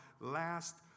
last